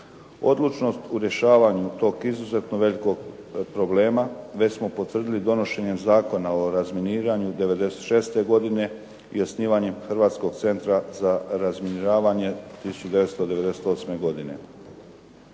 Odlučnost u rješavanju tog izuzetno velikog problema već smo potvrdili donošenjem Zakona o razminiranju '96. godine i osnivanjem Hrvatskog centra za razminiravanje 1998. godine.